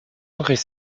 engrais